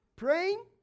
Praying